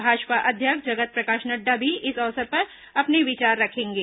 भाजपा अध्यक्ष जगत प्रकाश नड्डा भी इस अवसर पर अपने विचार रखेंगे